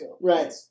right